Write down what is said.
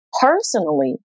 Personally